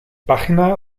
página